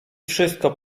wszystko